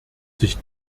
sich